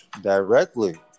directly